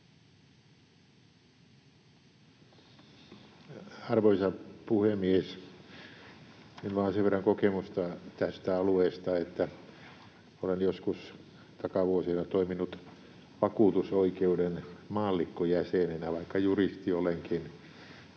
Arvoisa puhemies! Minulla on sen verran kokemusta tästä alueesta, että olen joskus takavuosina toiminut vakuutusoikeuden maallikkojäsenenä, vaikka juristi olenkin.